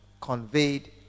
conveyed